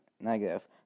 negative